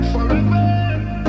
Forever